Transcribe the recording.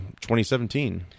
2017